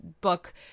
book